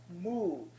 move